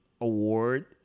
award